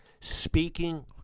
Speaking